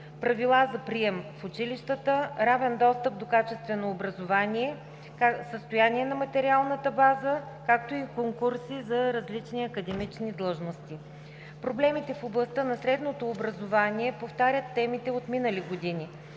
правила за прием в училищата; - равен достъп до качествено образование; - състояние на материалната база; - конкурси за различни академични длъжности. Проблемите в областта на средното образование повтарят темите от минали години.